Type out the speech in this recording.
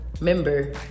member